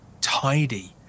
tidy